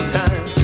time